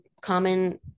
common